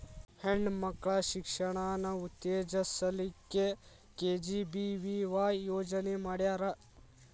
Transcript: ಹೆಣ್ ಮಕ್ಳ ಶಿಕ್ಷಣಾನ ಉತ್ತೆಜಸ್ ಲಿಕ್ಕೆ ಕೆ.ಜಿ.ಬಿ.ವಿ.ವಾಯ್ ಯೋಜನೆ ಮಾಡ್ಯಾರ್